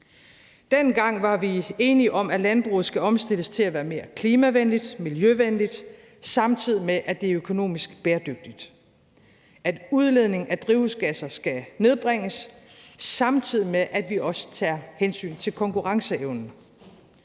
Dengang var vi enige om, at landbruget skal omstilles til at være mere klimavenligt, miljøvenligt, samtidig med at det er økonomisk bæredygtigt, at udledning af drivhusgasser skal nedbringes, samtidig med at vi også tager hensyn til konkurrenceevnen.